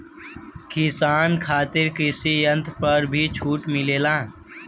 किसान खातिर कृषि यंत्र पर भी छूट मिलेला?